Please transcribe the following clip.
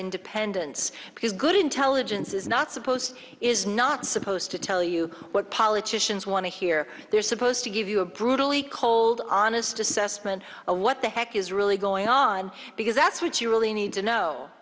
independence because good intelligence is not supposed is not supposed to tell you what politicians want to hear they're supposed to give you a brutally cold honest assessment of what the heck is really going on because that's what you really need to know